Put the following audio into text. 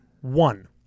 one